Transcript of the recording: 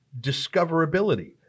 discoverability